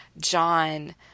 John